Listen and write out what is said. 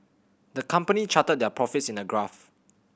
the company charted their profits in a graph